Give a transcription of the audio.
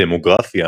דמוגרפיה